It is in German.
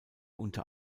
unter